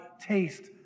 taste